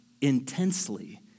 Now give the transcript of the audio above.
intensely